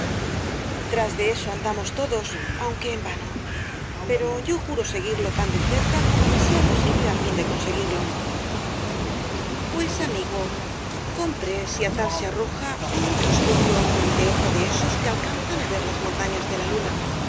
tras de eso andamos todos aunque en vano pero yo juro seguirlo tan de cerca como me sea posible á fin de conseguirlo pues amigo compre si á tal se arroja un microscopio ó un anteojo de esos que alcanzan á ver las montañas de la luna